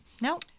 No